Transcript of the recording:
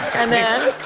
and then,